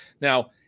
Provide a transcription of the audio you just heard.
Now